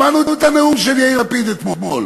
שמענו את הנאום של יאיר לפיד אתמול,